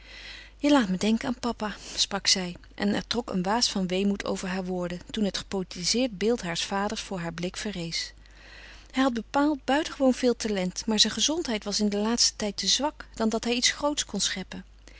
je laat me denken aan papa sprak zij en er trok een waas van weemoed over haar woorden toen het gepoëtizeerd beeld haars vaders voor haar blik verrees hij had bepaald buitengewoon veel talent maar zijn gezondheid was in den laatsten tijd te zwak dan dat hij iets groots kon scheppen